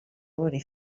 already